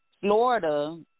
Florida